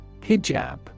Hijab